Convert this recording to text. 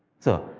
so,